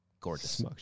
gorgeous